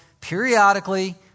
periodically